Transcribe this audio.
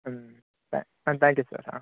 ம் த ஆ தேங்க்யூ சார் ஆ